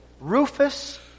Rufus